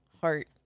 heart